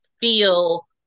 feel